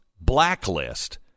blacklist